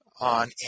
on